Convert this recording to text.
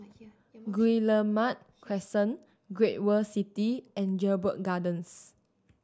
Guillemard Crescent Great World City and Jedburgh Gardens